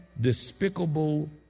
despicable